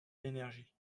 l’énergie